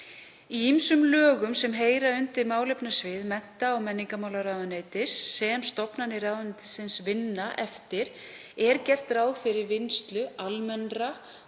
Í ýmsum lögum sem heyra undir málefnasvið mennta- og menningarmálaráðuneytis sem stofnanir ráðuneytisins vinna eftir er gert ráð fyrir vinnslu almennra